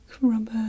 rubber